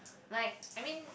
like I mean